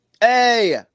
Hey